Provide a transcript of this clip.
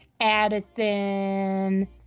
Addison